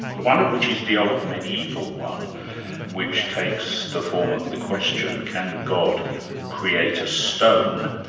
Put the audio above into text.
one of which is the old mediaeval one which takes the form of the question, can god create a stone,